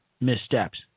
Missteps